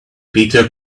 peter